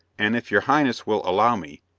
and if your highness will allow me,